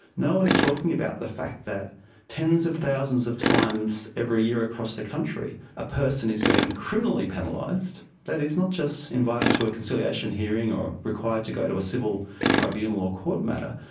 no one is talking about the fact that tens of thousands of times every year across the country a person is being criminally penalised, that is not just invited to a conciliation hearing or required to go to a civil tribunal or court matter,